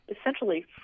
essentially